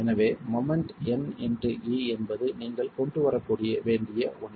எனவே moment N into e என்பது நீங்கள் கொண்டு வர வேண்டிய ஒன்று